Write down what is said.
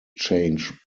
change